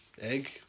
egg